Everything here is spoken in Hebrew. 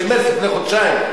לפני חודשיים.